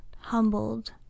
Humbled